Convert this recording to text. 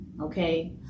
okay